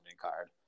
card